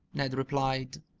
ned replied.